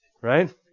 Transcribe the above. Right